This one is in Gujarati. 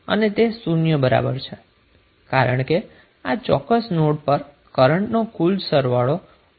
અને તે શુન્ય બરાબર છે કારણ કે આ ચોક્કસ નોડ પર કરન્ટ નો કુલ સરવાળો શુન્ય હોવો જોઈએ